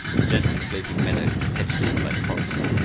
and gently sloping meadows hedged in by forest.